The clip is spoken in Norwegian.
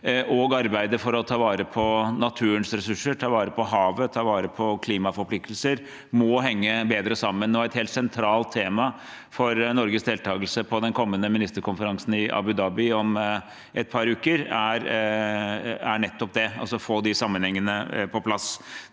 og arbeidet for å ta vare på naturens ressurser, ta vare på havet og ta vare på klimaforpliktelser, må henge bedre sammen. Et helt sentralt tema for Norges deltakelse på den kommende ministerkonferansen i Abu Dhabi om et par uker er nettopp å få de sammenhengene på plass.